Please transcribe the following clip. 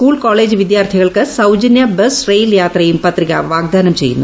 school college വിദ്യാർത്ഥികൾക്ക് സൌജനൃ bus rail യാത്രയും പത്രിക വാഗ്ദാനം ചെയ്യുന്നു